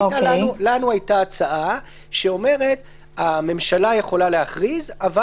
לנו הייתה הצעה שאומרת שהממשלה יכולה להכריז אבל